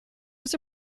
was